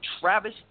Travis